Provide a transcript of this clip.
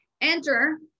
Enter